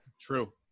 True